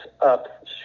up